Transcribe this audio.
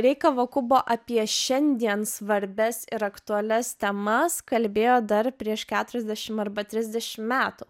rei kavakubo apie šiandien svarbias ir aktualias temas kalbėjo dar prieš keturiasdešim arba trisdešim metų